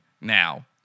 now